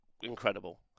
incredible